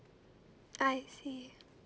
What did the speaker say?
I see